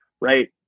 right